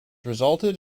resulted